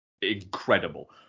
incredible